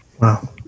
Wow